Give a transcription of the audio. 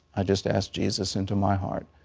i just asked jesus into my heart.